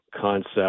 concept